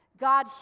God